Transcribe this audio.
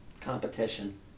Competition